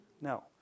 No